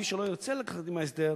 מי שלא ירצה ללכת עם ההסדר,